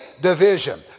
Division